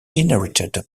inherited